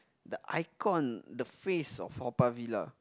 the icon the face of Haw-Par-Villa